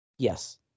Yes